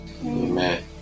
Amen